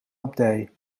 abdij